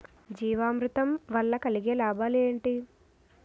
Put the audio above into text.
జీవామృతం వల్ల కలిగే లాభాలు ఏంటి?